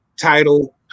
title